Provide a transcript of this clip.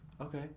okay